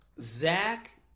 Zach